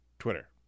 Twitter